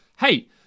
Hey